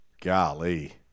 Golly